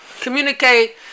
communicate